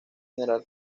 generar